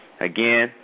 Again